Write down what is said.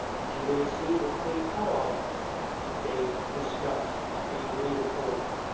but you may see the plea cutoff date discussed to be reinforced.